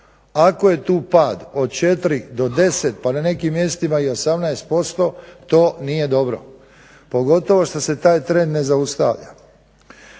Ako je tu pad od 4 do 10 pa na nekim mjestima i do 18% to nije dobro, pogotovo što se taj trend ne zaustavlja.